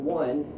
one